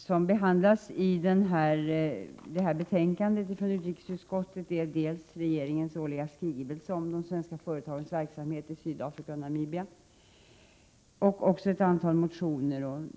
Herr talman! Det som behandlas i betänkandet från utrikesutskottet är regeringens årliga skrivelse om de svenska företagens verksamhet i Sydafrika och Namibia och ett antal motioner.